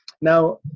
Now